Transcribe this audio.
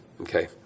okay